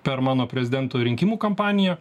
per mano prezidento rinkimų kampaniją